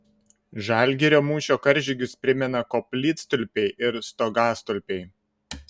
žalgirio mūšio karžygius primena koplytstulpiai ir stogastulpiai